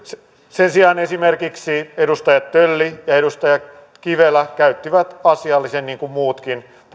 sen sijaan esimerkiksi edustaja tölli ja edustaja kivelä käyttivät asialliset niin kuin muutkin